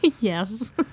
yes